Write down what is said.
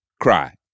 cry